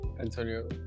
Antonio